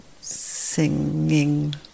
singing